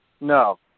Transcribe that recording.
No